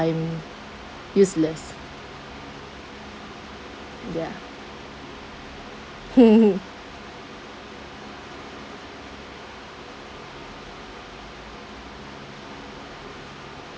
I'm useless ya